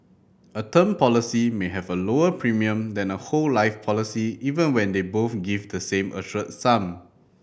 a term policy may have a lower premium than a whole life policy even when they both give the same assured sum